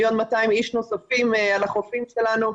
1.2 מיליון אנשים נוספים על החופים שלנו.